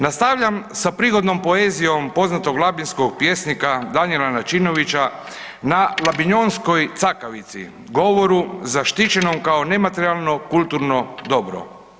Nastavljam sa prigodnom poezijom poznatog labinskog pjesnika Daniela Načinovića na labinjonskoj cakavici, govoru zaštićenom kao nematerijalno kulturno dobro.